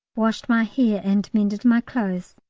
washed my hair and mended my clothes.